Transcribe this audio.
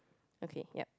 okay yup